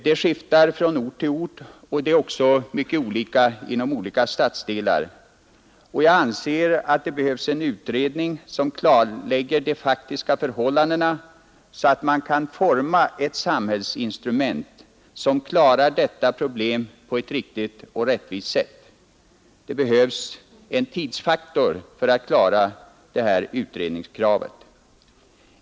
Det skiftar från ort till ort, och det är även mycket olika inom olika delar av en stad. Jag anser att det behövs en utredning som klarlägger de faktiska förhållandena, så att man kan forma ett samhällsinstrument för att lösa detta problem på ett riktigt och rättvist sätt, och då är tidsfaktorn mycket viktig.